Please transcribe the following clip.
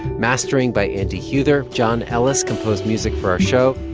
mastering by andy huether. john ellis composed music for our show.